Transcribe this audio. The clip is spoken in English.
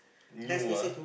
new ah